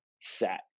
set